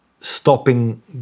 stopping